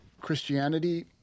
Christianity